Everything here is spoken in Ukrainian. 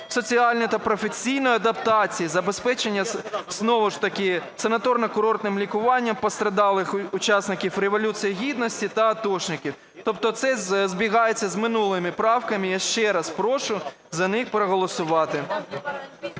соціальної та професійної адаптації, забезпечення, (знову ж таки) санаторно-курортним лікуванням постраждалих учасників Революції Гідності та атошників". Тобто це збігається з минулими правками. Я ще раз прошу за них проголосувати.